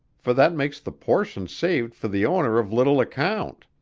for that makes the portion saved for the owner of little account.